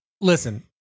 listen